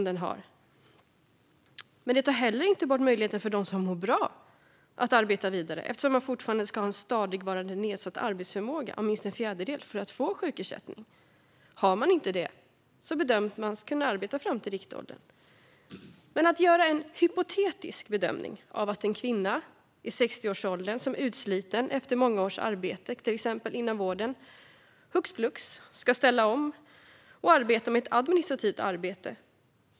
Den tar heller inte bort möjligheten för dem som mår bra att arbeta vidare, eftersom man fortfarande ska en stadigvarande nedsatt arbetsförmåga om minst en fjärdedel för att få sjukersättning. Har man inte det bedöms man kunna arbeta fram till riktåldern. Man kan göra en hypotetisk bedömning - att en kvinna i 60-årsåldern, som är utsliten efter många års arbete, till exempel inom vården, hux flux ska ställa om och arbeta med ett administrativt arbete.